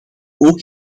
ook